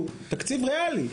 שהוא תקציב ריאלי,